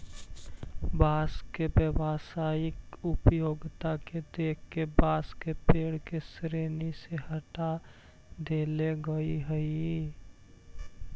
बाँस के व्यावसायिक उपयोगिता के देख के बाँस के पेड़ के श्रेणी से हँटा देले गेल हइ